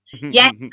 Yes